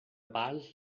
pals